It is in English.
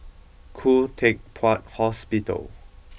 Khoo Teck Puat Hospital